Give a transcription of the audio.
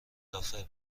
ملافه